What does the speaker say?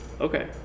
Okay